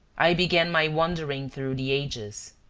i began my wandering through the ages.